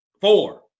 four